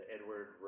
Edward